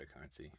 cryptocurrency